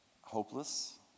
hopeless